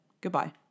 goodbye